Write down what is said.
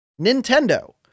Nintendo